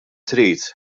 trid